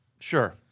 Sure